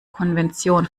konvention